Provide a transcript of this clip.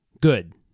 Good